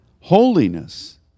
holiness